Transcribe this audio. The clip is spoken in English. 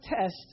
test